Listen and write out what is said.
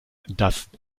das